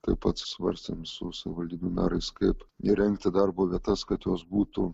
taip pat svarstėm su savivaldybių merais kaip įrengti darbo vietas kad jos būtų